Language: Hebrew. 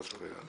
חס וחלילה.